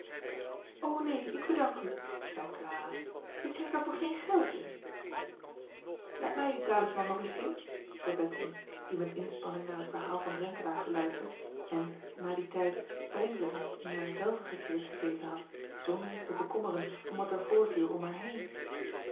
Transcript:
neen ik bedank u zeî lara ik kijk er voor geen geld in aat mij dien talisman nog eens zien zeî ettemie acob van ennep laasje evenster delen die met inspanning naar het verhaal van renkelaer geluisterd en na dien tijd peinzende en in haar zelve gekeerd gezeten had zonder zich te bekommeren om wat er voorviel om